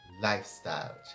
lifestyle